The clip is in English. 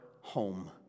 home